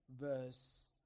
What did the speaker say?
verse